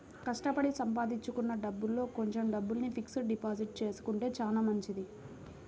కష్టపడి సంపాదించుకున్న డబ్బుల్లో కొంచెం డబ్బుల్ని ఫిక్స్డ్ డిపాజిట్ చేసుకుంటే చానా మంచిది